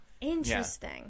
interesting